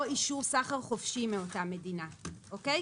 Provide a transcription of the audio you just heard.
או אישור סחר חופשי מאותה המדינה, אוקיי?